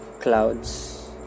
clouds